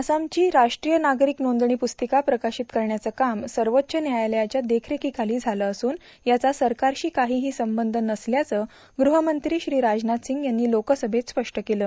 आसामची राष्ट्रीय नागरिक नोंदणी पुस्तिका प्रकाशित करण्याचं काम सर्वोच्च न्यायालयाच्या देखरेखीखाली झालं असून याचा सरकारशी काहीही संबंध नसल्याचं गृहमंत्री श्री राजनाथ सिंग यांनी लोकसभेत स्पष्ट केलं